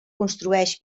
construeix